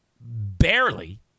Barely